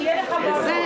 שיהיה ברור,